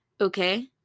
okay